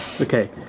Okay